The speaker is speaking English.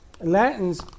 Latins